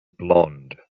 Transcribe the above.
blond